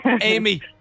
Amy